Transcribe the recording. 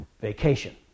vacation